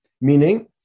meaning